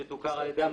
שתוכר על ידי הממונה",